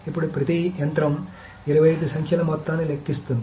ఇప్పుడు ప్రతి యంత్రం 25 సంఖ్యల మొత్తాన్ని లెక్కిస్తుంది